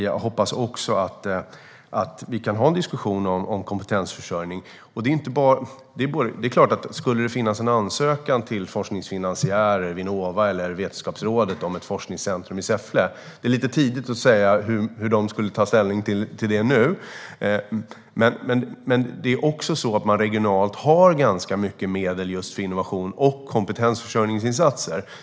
Jag hoppas också att vi kan ha en diskussion om kompetensförsörjning. Det är lite tidigt att säga hur forskningsfinansiärer som Vinnova eller Vetenskapsrådet skulle ta ställning till en ansökan om ett forskningscentrum i Säffle. Men regionalt finns mycket medel för innovation och kompetensförsörjningsinsatser.